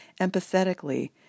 empathetically